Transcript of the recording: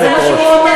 אבל זה מה שהוא מציע.